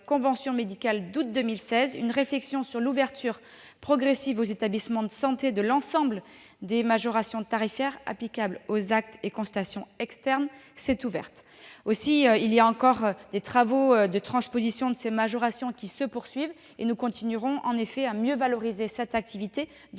convention médicale du mois d'août 2016, une réflexion sur l'ouverture progressive aux établissements de santé de l'ensemble des majorations tarifaires applicables aux actes et consultations externes a été lancée. Les travaux de transposition des majorations se poursuivent. Nous continuerons à mieux valoriser cette activité de